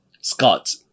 Scott